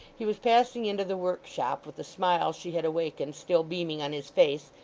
he was passing into the workshop, with the smile she had awakened still beaming on his face,